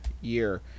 year